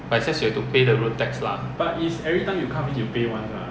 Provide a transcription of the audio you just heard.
ya